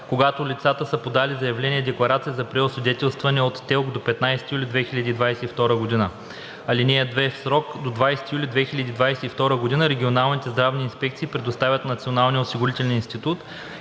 когато лицата са подали заявление-декларация за преосвидетелстване от ТЕЛК до 15 юли 2022 г. (2) В срок до 20 юли 2022 г. регионалните здравни инспекции предоставят на Националния осигурителен институт